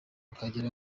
akagira